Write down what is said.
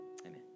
Amen